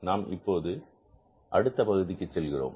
நாம் இப்போது அடுத்த பகுதிக்கு செல்கிறோம்